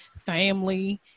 family